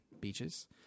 beaches